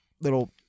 little